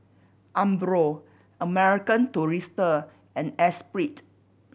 Umbro American Tourister and Esprit